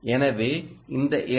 எனவே இந்த எல்